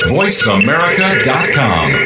voiceamerica.com